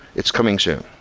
it's coming soon.